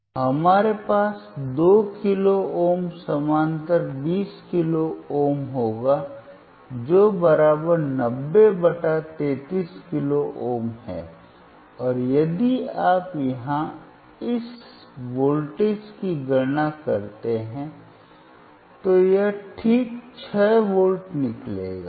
तो हमारे पास दो किलो ओम समानांतर बीस किलो ओम होगा जो नब्बे बटा तैंतीस किलो ओम है और यदि आप यहां इस वोल्टेज की गणना करते हैं तो यह ठीक छह वोल्ट निकलेगा